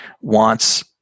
wants